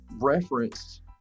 referenced